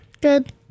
Good